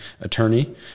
attorney